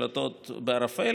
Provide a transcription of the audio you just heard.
שלוטים בערפל.